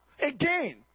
Again